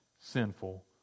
sinful